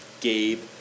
Gabe